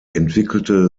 entwickelte